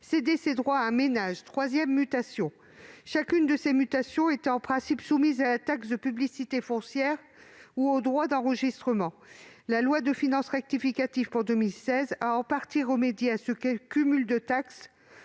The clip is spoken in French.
tour ses droits à un ménage. Chacune de ces mutations est en principe soumise à la taxe de publicité foncière ou aux droits d'enregistrement. La loi de finances rectificative pour 2016 a en partie remédié à ce cumul de taxes,